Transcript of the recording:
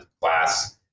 class